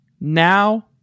now